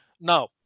Now